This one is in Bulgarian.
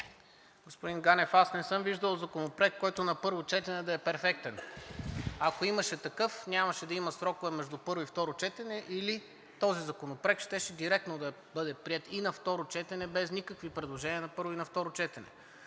Господин Ганев, аз не съм виждал законопроект, който на първо четене да е перфектен. Ако имаше такъв, нямаше да има срокове между първо и второ четене или този законопроект щеше директно да бъде приет и на второ четене без никакви предложения на първо и на второ четене.